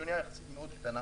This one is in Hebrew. שיחסית זו אונייה קטנה.